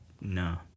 no